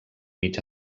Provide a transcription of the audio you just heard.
mig